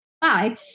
bye